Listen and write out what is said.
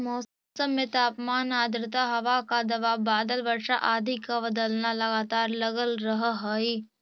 मौसम में तापमान आद्रता हवा का दबाव बादल वर्षा आदि का बदलना लगातार लगल रहअ हई